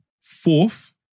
Fourth